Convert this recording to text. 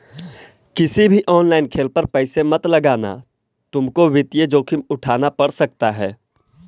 किसी भी ऑनलाइन खेल पर पैसे मत लगाना तुमको वित्तीय जोखिम उठान पड़ सकता है